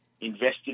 invested